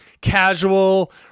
casual